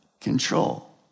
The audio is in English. control